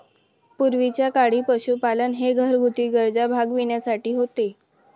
पूर्वीच्या काळी पशुपालन हे घरगुती गरजा भागविण्यासाठी होते